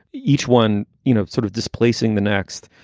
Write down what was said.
each one, you know, sort of displacing the next.